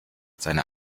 seine